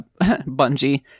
Bungie